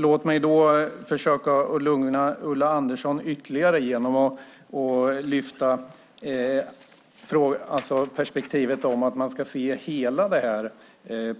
Låt mig försöka ytterligare lugna Ulla Andersson genom att lyfta fram perspektivet att se hela